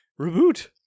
Reboot